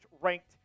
ranked